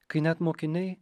kai net mokiniai